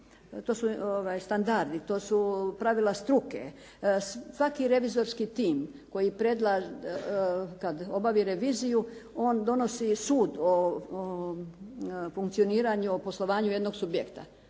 to su standardi, to su pravila struke. Svaki revizorski tim koji, kad obavi reviziju on donosi sud o funkcioniranju, o poslovanju jednog subjekta.